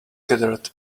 gathered